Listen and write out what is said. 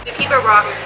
and peter rock